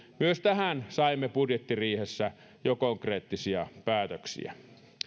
myös tähän saimme budjettiriihessä jo konkreettisia päätöksiä